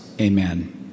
Amen